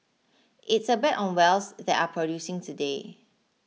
it's a bet on wells that are producing today